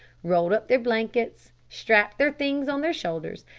rolled up their blankets, strapped their things on their shoulders,